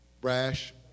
Brash